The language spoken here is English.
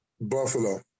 Buffalo